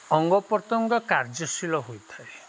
ଅଙ୍ଗପ୍ରତ୍ୟଙ୍ଗ କାର୍ଯ୍ୟଶୀଳ ହୋଇଥାଏ